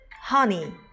Honey